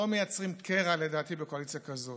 לא מייצרים קרע, לדעתי, בקואליציה כזאת.